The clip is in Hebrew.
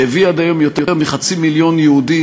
שהביא עד היום יותר מחצי מיליון יהודים,